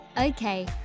Okay